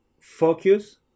focus